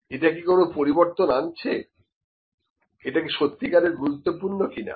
এটা কি কোন পরিবর্তন আনছে এটি সত্যিকারের গুরুত্বপূর্ণ কিনা